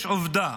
יש עובדה,